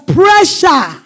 pressure